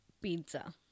pizza